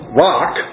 rock